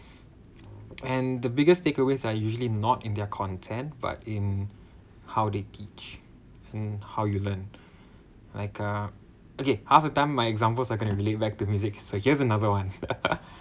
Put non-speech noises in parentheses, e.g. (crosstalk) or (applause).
and the biggest takeaways are usually not in their content but in how they teach and how you learn like ah okay half a time my example are going to laid back to music so here's another one (laughs)